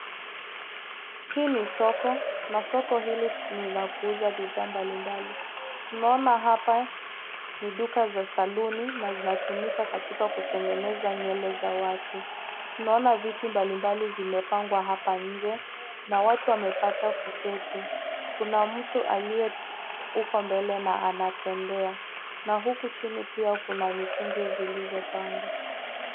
Hii ni soko, na soko hili ni la kuuza bidhaa mbalimbali . Tunaona hapa ni duka za saluni na zinatumika katika kutengeneza nywele za watu. Tunaona viti mbalimbali zimepangwa hapa nje, na watu wamepata kuketi. Kuna mtu aliye huko mbele na anatembea . Na huku chini pia kuna mitungi zilizopangwa.